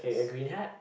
okay a green hat